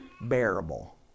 bearable